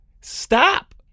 Stop